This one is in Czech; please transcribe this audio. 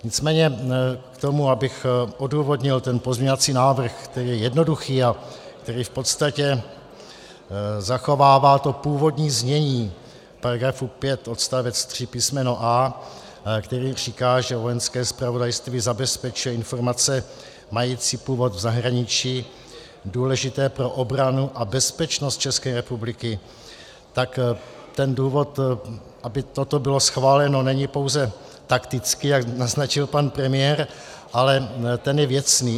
Nicméně k tomu, abych odůvodnil pozměňovací návrh, který je jednoduchý a v podstatě zachovává to původní znění § 5 odst. 3 písm. a), který říká, že Vojenské zpravodajství zabezpečuje informace mající původ v zahraničí, důležité pro obranu a bezpečnost České republiky, tak důvod, aby toto bylo schváleno, není pouze taktický, jak naznačuje pan premiér, ale je věcný.